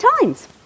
times